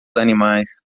animais